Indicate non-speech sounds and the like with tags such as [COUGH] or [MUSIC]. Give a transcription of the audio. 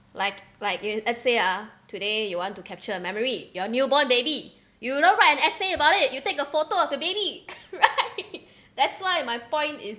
like like you let's say ah today you want to capture a memory your newborn baby you don't write an essay about it you take a photo of the baby right [LAUGHS] that's why my point is